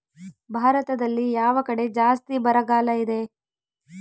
ಭಾರತದಲ್ಲಿ ಯಾವ ಕಡೆ ಜಾಸ್ತಿ ಬರಗಾಲ ಇದೆ?